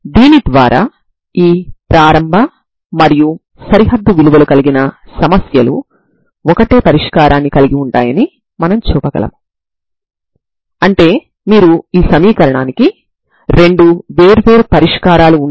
n 123 కు తరంగ సమీకరణం యొక్క పరిష్కారాలు మరియు సరిహద్దు నియమాలన్నీ నిజమవుతాయి